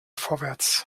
vorwärts